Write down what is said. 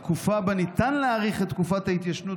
התקופה שבה ניתן להאריך את תקופת ההתיישנות